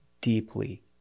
deeply